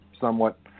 somewhat